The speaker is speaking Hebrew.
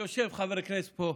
יושב חבר הכנסת פה,